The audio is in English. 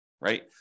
right